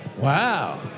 Wow